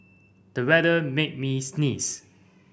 the weather made me sneeze